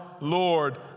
Lord